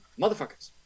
Motherfuckers